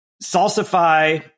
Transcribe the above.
Salsify